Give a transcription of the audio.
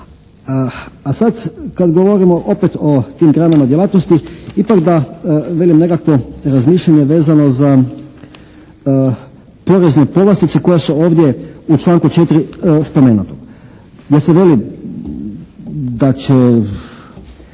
A sad kad govorimo opet o tim granama djelatnosti ipak da velim nekakvo razmišljanje vezano za porezne povlastice koje su ovdje u članku 4. spomenute. Jer se veli da će